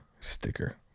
Sticker